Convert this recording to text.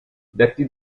detti